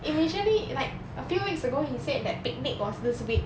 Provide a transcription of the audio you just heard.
initially like a few weeks ago he said that picnic was this week